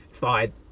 fine